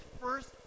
first